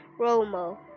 Romo